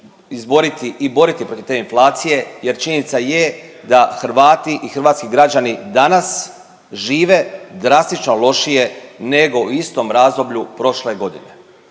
izboriti i boriti protiv te inflacije jer činjenica je da Hrvati i hrvatski građani danas žive drastično lošije nego u istom razdoblju prošle godine.